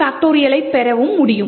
ஐ பெற முடியும்